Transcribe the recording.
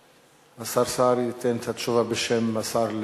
השר סער ייתן את התשובה בשם השר,